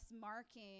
marking